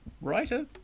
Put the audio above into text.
writer